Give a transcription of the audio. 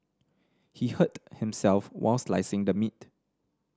he hurt himself while slicing the meat